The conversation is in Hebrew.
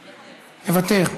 מוותר,